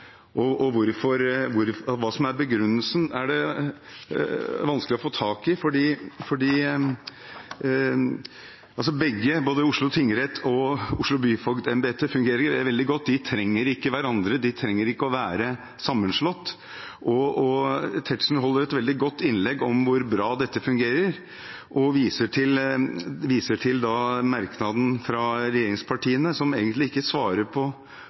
Hva som er begrunnelsen, er det vanskelig å få tak i, for både Oslo tingrett og Oslo byfogdembete fungerer veldig godt. De trenger ikke hverandre; de trenger ikke å være sammenslått. Tetzschner holder et veldig godt innlegg om hvor bra dette fungerer, og viser til merknaden fra regjeringspartiene, som egentlig ikke svarer på